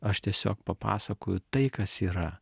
aš tiesiog papasakoju tai kas yra